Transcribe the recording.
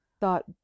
thought